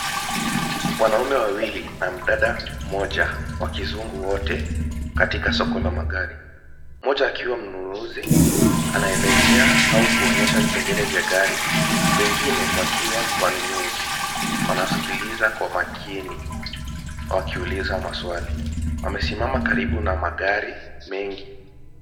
Wanaume wawili na mdada mmoja wa kizungu wote katika soko la magari, mmoja akiwa mnunuzi anaelezea au kuonyesha vipengele vya gari, wengine wakiwa wanunuzi, wanasikiliza kwa makini wakiuliza maswali. Wamesimama karibu na magari mengi.